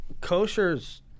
Kosher's